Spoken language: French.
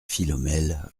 philomèle